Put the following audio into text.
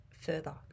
further